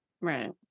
Right